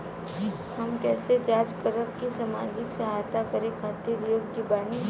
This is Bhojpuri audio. हम कइसे जांच करब की सामाजिक सहायता करे खातिर योग्य बानी?